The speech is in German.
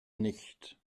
nicht